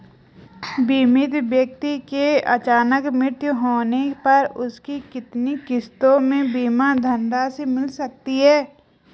बीमित व्यक्ति के अचानक मृत्यु होने पर उसकी कितनी किश्तों में बीमा धनराशि मिल सकती है?